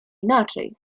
inaczej